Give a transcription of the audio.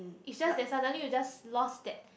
is that suddenly you just lost that